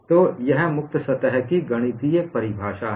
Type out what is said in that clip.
तो यह एक मुक्त सतह की गणितीय परिभाषा है